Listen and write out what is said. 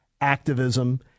activism